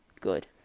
good